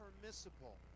permissible